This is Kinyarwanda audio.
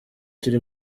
turi